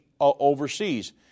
overseas